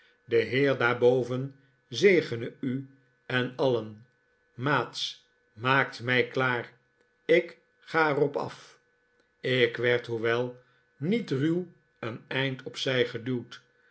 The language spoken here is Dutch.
de heer daarboven zegene u en alien maats maakt mij klaar ik ga er op af ik werd hoewel niet raw een eind op zij geduwd